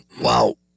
Wow